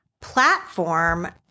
platform